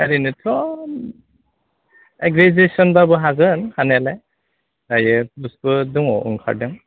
ओरैनोथ' एग्रिगेसनब्लाबो हागोन हानायालाय दायो पस्टबो दङ ओंखारदों